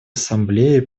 ассамблее